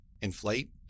inflate